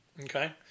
Okay